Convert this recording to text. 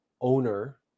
owner